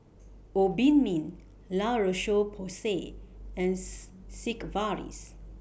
Obimin La Roche Porsay and Sigvaris